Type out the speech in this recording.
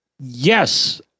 Yes